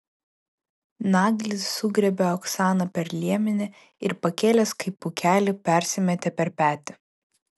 naglis sugriebė oksaną per liemenį ir pakėlęs kaip pūkelį persimetė per petį